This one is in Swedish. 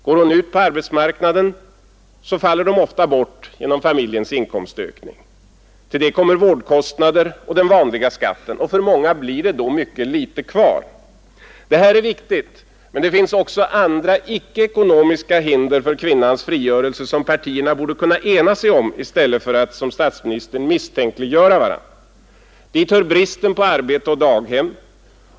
Går hon ut på arbetsmarknaden så faller de ofta bort på grund av familjens inkomstökning. Till det kommer vårdkostnader och den vanliga skatten. För många blir det då mycket litet kvar. Detta är viktigt, men det finns också andra, icke ekonomiska hinder för kvinnans frigörelse som partierna borde kunna enas om att undanröja i stället för att, som statsministern gör, misstänkliggöra andra. Dit hör bristen på arbete och daghem.